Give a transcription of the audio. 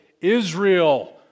Israel